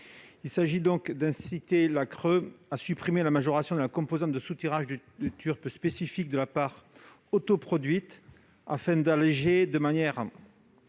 Il s'agit d'inciter la CRE à supprimer la majoration de la composante de soutirage du Turpe spécifique sur la part autoproduite, afin d'alléger de manière